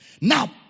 Now